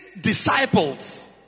disciples